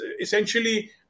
essentially